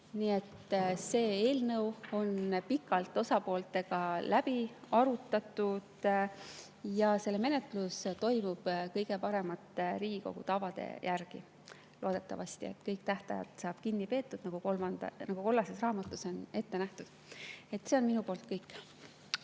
see eelnõu on pikalt osapooltega läbi arutatud ja selle menetlus toimub kõige paremate Riigikogu tavade järgi. Loodetavasti saab kõigist tähtaegadest kinni peetud, nagu kollases raamatus on ette nähtud. See on minu poolt kõik.